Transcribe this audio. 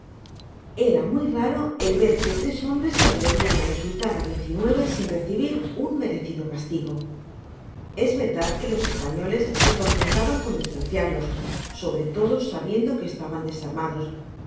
era muy raro el ver que tres homhres se atre vian á insultar á diez y nueve sin recibir un merecido castigol es verdad que los españoles se contentaban con despreciarlos sobre todo sabiendo que estaban desarmados